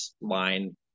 line